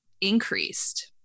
increased